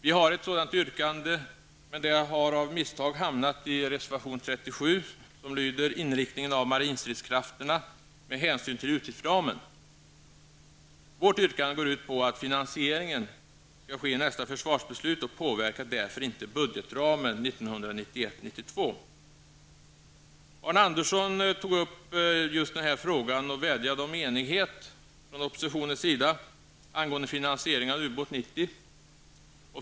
Vi har ett sådant yrkande, men det har av misstag hamnat i reservation 37, där det står: ''inriktningen av marinstridskrafterna med hänsyn till utgiftsramen''. Vårt yrkande går ut på att finansieringen skall ske i nästa försvarsbeslut, och det påverkar därför inte budgetramen 1991/92. Arne Andersson i Ljung tog upp just denna fråga och vädjande om enighet från oppositionen angående finansieringen av U-båt 90.